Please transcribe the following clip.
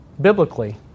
biblically